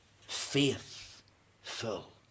Faithful